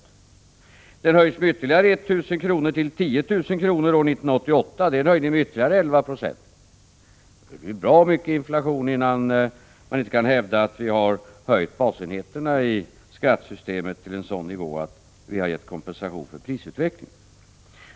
Basenheten höjs med ytterligare 1 000 kr. år 1988 — en höjning med ytterligare 11 90. Det krävs bra mycket inflation, innan man kan hävda att vi inte har höjt basenheterna i skattesystemet till en sådan nivå att vi har gett kompensation för prisutvecklingen.